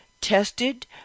Tested